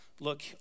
Look